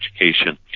education